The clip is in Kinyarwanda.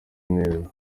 neza